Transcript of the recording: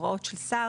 הוראות של שר